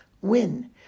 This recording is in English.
Win